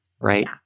right